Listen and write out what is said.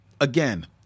Again